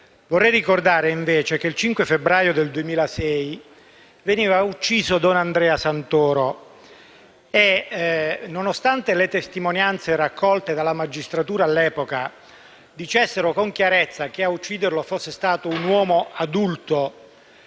Vorrei ricordare, invece, che il 5 febbraio del 2006 veniva ucciso don Andrea Santoro e, nonostante le testimonianze raccolte dalla magistratura all'epoca dicessero con chiarezza che a ucciderlo fosse stato un uomo adulto